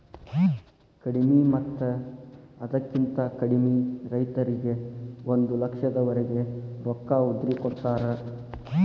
ಕಡಿಮಿ ಮತ್ತ ಅದಕ್ಕಿಂತ ಕಡಿಮೆ ರೈತರಿಗೆ ಒಂದ ಲಕ್ಷದವರೆಗೆ ರೊಕ್ಕ ಉದ್ರಿ ಕೊಡತಾರ